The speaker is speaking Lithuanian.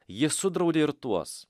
jis sudraudė ir tuos